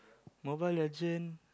Mobile-Legend